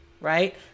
right